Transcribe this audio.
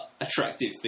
attractive